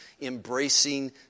embracing